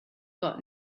got